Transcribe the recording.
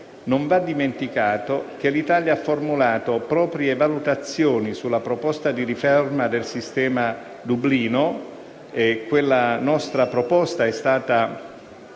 Non va dimenticato che l'Italia ha formulato proprie valutazioni sulla proposta di riforma del sistema di Dublino. E la nostra proposta è stata